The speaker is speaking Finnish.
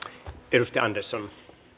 arvoisa